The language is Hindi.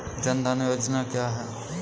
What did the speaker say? जनधन योजना क्या है?